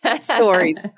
stories